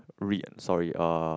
read sorry uh